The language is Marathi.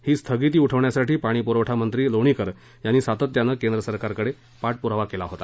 ही स्थगिती उठवण्यासाठी पाणी पुरवठा मंत्री बबनराव लोणीकर यांनी सातत्यानं केंद्र सरकारकडे पाठपुरावा केला होता